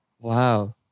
Wow